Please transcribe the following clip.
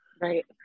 Right